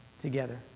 together